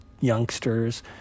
Youngsters